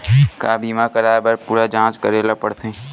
का बीमा कराए बर पूरा जांच करेला पड़थे?